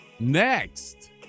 next